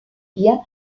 bien